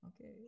Okay